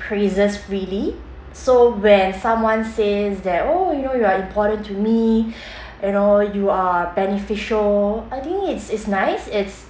praises really so when someone says that oh you know you are important to me you know you are beneficial I think it's is nice it's